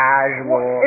Casual